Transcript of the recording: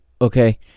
okay